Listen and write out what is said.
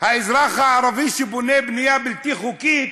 האזרח הערבי שבונה בנייה בלתי חוקית,